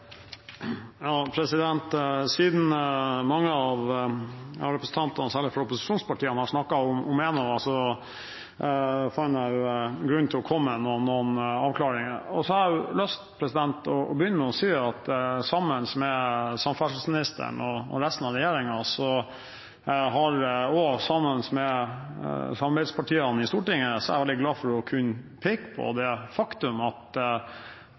Siden mange av representantene, særlig fra opposisjonspartiene, har snakket om Enova, finner jeg grunn til å komme med noen avklaringer. Jeg har lyst til å begynne med å si at sammen med samferdselsministeren, resten av regjeringen og samarbeidspartiene i Stortinget er jeg glad for å kunne peke på det faktum at